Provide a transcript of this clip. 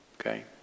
Okay